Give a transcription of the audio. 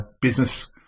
business